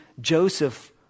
Joseph